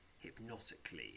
hypnotically